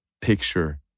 picture